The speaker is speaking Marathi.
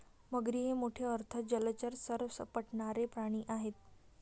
मगरी हे मोठे अर्ध जलचर सरपटणारे प्राणी आहेत